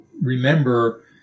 remember